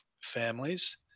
families